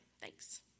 Thanks